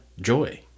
joy